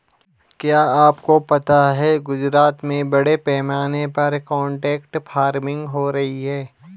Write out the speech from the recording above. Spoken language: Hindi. क्या आपको पता है गुजरात में बड़े पैमाने पर कॉन्ट्रैक्ट फार्मिंग हो रही है?